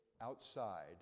outside